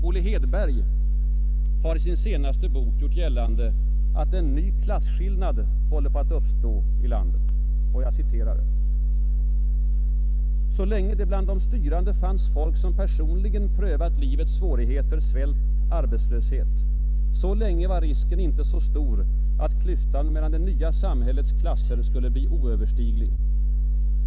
Olle Hedberg har i sin senaste bok gjort gällande att en ny klasskilnad håller på att uppstå. Han skriver: ”Så länge det bland de styrande fanns folk som personligen prövat livets svårigheter, svält, arbetslöshet, så länge var risken inte så stor att klyftan mellan det nya samhällets klasser skulle bli oöverstiglig.